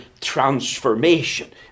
transformation